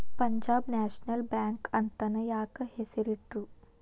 Punjab National Bank ಅಂತನ ಯಾಕ್ ಹೆಸ್ರಿಟ್ರು?